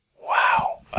wow. oh,